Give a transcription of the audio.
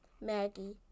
Maggie